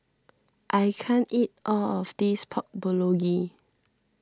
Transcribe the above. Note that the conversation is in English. I can't eat all of this Pork Bulgogi